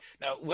Now